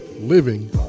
living